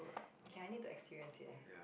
okay I need to experience it eh